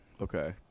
Okay